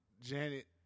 Janet